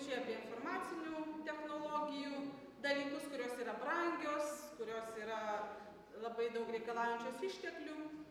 čia apie informacinių technologijų dalykus kurios yra brangios kurios yra labai daug reikalaujančios išteklių